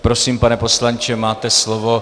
Prosím, pane poslanče, máte slovo.